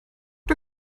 der